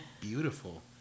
beautiful